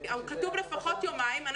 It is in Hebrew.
שכתוב לפחות יומיים,